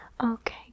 Okay